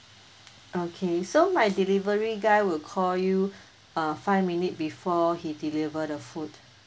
okay so my delivery guy will call you uh five minute before he deliver the food